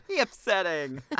upsetting